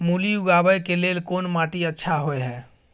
मूली उगाबै के लेल कोन माटी अच्छा होय है?